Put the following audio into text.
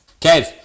Kev